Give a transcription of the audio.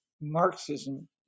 Marxism